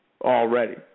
already